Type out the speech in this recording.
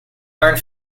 learn